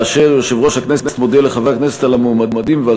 ויושב-ראש הכנסת מודיע לחברי הכנסת על המועמדים ועל